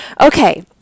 Okay